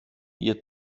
ihr